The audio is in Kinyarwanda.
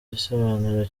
igisobanuro